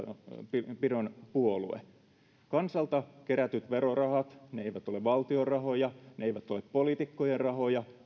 taloudenpidon puolue kansalta kerättyjä verorahoja ne eivät ole valtion rahoja ne eivät ole poliitikkojen rahoja